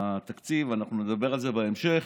אנחנו נדבר על זה בהמשך,